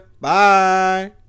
bye